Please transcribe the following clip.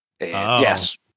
Yes